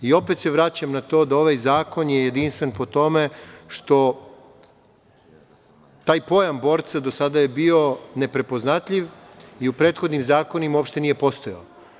I opet se vraćam na to da ovaj zakon je jedinstven po tome što taj pojam „borca“ do sada je bio neprepoznatljiv i u prethodnim zakonima uopšte nije postojao.